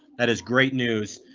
that is great news.